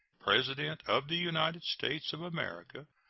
president of the united states of america,